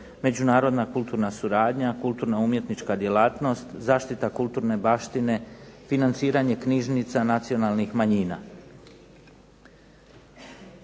međunarodna kulturna suradnja, kulturno-umjetnička djelatnost, zaštita kulturne baštine, financiranje knjižnica nacionalnih manjina.